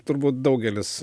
turbūt daugelis